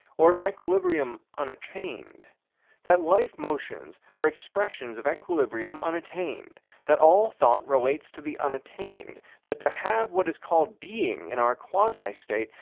or of equilibrium unattained that life-motions are expressions of equilibrium unattained that all thought relates to the unattained that to have what is called being in our quasi-state,